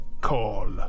call